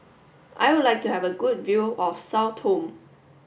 I would like to have a good view of Sao Tome